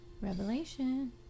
Revelation